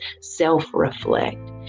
self-reflect